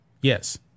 Yes